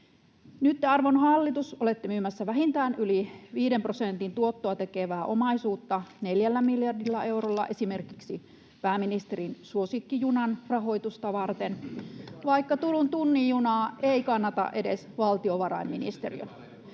te, arvon hallitus, olette myymässä vähintään yli viiden prosentin tuottoa tekevää omaisuutta neljällä miljardilla eurolla esimerkiksi pääministerin suosikkijunan rahoitusta varten, vaikka Turun tunnin junaa ei kannata edes valtiovarainministeriö.